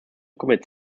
commit